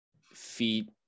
feet